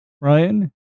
Ryan